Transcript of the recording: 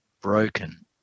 broken